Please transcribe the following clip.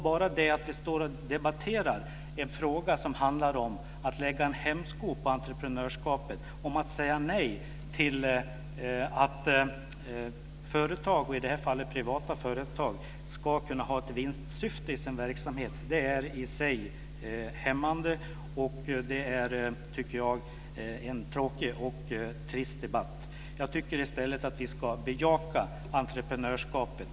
Bara det att vi debatterar en fråga som handlar om att lägga en hämsko på entreprenörskap, att säga nej till att privata företag ska kunna ha ett vinstsyfte i sin verksamhet är i sig hämmande. Det är en trist debatt. Vi ska i stället bejaka entreprenörskapet.